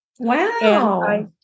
Wow